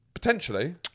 Potentially